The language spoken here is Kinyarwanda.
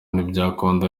ntibyakunda